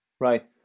right